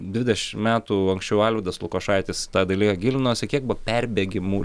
dvidešim metų anksčiau alvydas lukošaitis į tą dalyką gilinosi kiek buvo perbėgimų